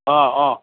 অঁ অঁ